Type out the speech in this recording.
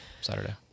Saturday